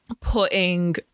putting